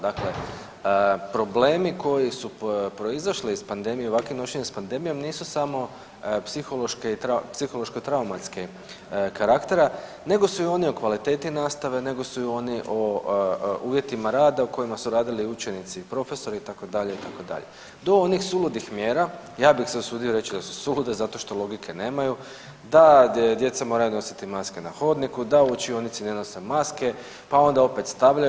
Dakle, problemi koji su proizašli iz pandemije i ovakvim nošenjem s pandemijom nisu samo psihološko-traumatskog karaktera, nego su i oni o kvaliteti nastave, nego su i oni o uvjetima rada u kojima su radili i učenici i profesori itd. itd. do onih suludih mjera ja bih se usudio reći da su sulude zato što logike nemaju da djeca moraju nositi maske na hodniku, da u učionici ne nose maske, pa onda opet stavljaju.